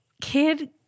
kid